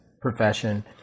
profession